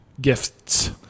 Gifts